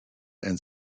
and